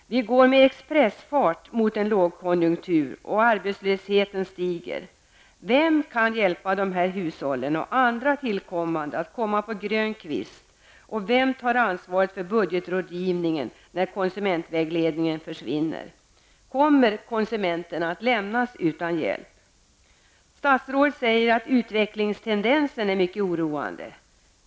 Vi går med expressfart mot en lågkonjunktur, och arbetslösheten stiger. Vem kan hjälpa dessa hushåll och andra tillkommande komma på grön kvist, och vem tar ansvaret för budgetrådgivningen när konsumentvägledningen försvinner? Kommer konsumenterna att lämnas utan hjälp? Statsrådet säger att utvecklingstendensen är mycket oroande.